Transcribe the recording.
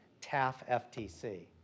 TAF-FTC